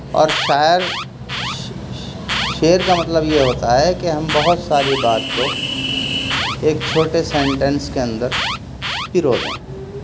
اور شاعر شعر کا مطلب یہ ہوتا ہے کہ ہم بہت ساری بات کو ایک چھوٹے سینٹینس کے اندر پرو دیں